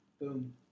boom